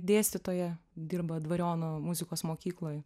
dėstytoja dirba dvariono muzikos mokykloj